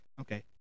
Okay